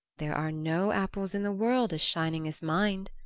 there are no apples in the world as shining as mine,